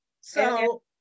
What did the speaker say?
So-